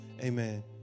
Amen